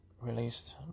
released